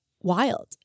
wild